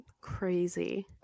Crazy